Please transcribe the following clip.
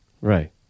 Right